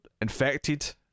infected